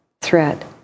threat